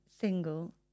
single